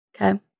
Okay